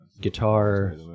guitar